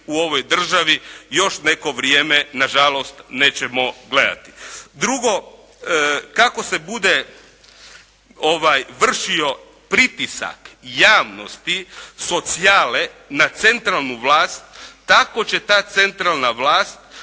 u ovoj državi još neko vrijeme na žalost nećemo gledati. Drugo, kako se bude vršio pritisak javnosti, socijale na centralnu vlast tako će ta centralna vlast